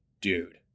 dude